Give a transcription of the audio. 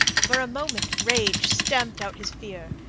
for a moment rage stamped out his fear.